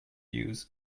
use